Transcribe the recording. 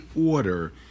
order